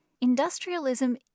industrialism